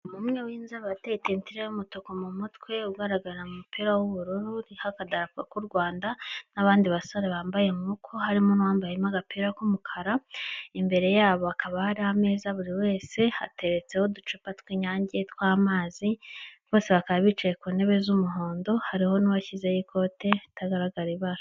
Umuntu umwe w'inzobe wateye kata y'umutuku mu mutwe ugaragara mu mupira w'ubururu, uriho akadarapo k'u Rwanda n'abandi basore bambaye muboko hari n'uwambaye agapira k'umukara imbere yabokaba hariho ameza buri wese hateretseho uducupa tw'inyange twamazi rwose, bakaba bicaye ku ntebe z'umuhondo hariho n'uwashyizeho ikote ritagaragara ibara.